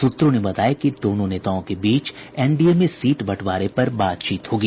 सूत्रों ने बताया कि दोनों नेताओं के बीच एनडीए में सीट बंटवारे पर बातचीत होगी